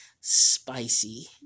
spicy